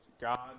God